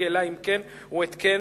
התקן